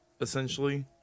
essentially